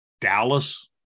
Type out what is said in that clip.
Dallas